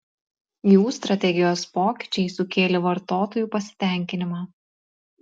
jų strategijos pokyčiai sukėlė vartotojų pasitenkinimą